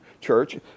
church